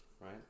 right